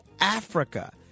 Africa